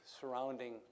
surrounding